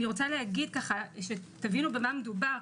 אני רוצה להגיד כדי שתבינו במה מדובר,